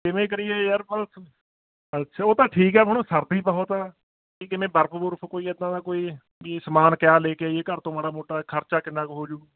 ਕਿਵੇਂ ਕਰੀਏ ਯਾਰ ਅੱਛਾ ਉਹ ਤਾਂ ਠੀਕ ਆ ਹੁਣ ਸਰਦੀ ਬਹੁਤ ਆ ਕਿਵੇਂ ਬਰਫ ਬੁਰਫ ਕੋਈ ਇੱਦਾਂ ਦਾ ਕੋਈ ਕੀ ਸਮਾਨ ਕਿਆ ਲੈ ਕੇ ਆਈਏ ਘਰ ਤੋਂ ਮਾੜਾ ਮੋਟਾ ਖਰਚਾ ਕਿੰਨਾ ਕੁ ਹੋਜੂ